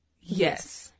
Yes